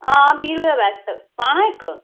आं बीह् रपे दा पैकेट पाना इक्क